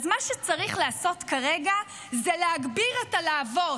מה שצריך לעשות כרגע הוא להגביר את הלהבות,